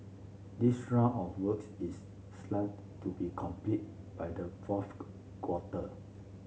this round of works is slated to be completed by the fourth quarter